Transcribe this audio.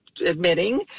admitting